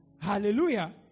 Hallelujah